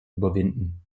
überwinden